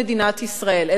אלה חברי פרלמנט,